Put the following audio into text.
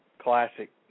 classic